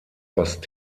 fast